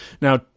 Now